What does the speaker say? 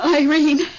Irene